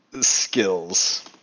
skills